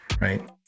right